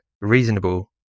reasonable